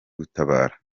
gutabara